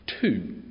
Two